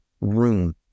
room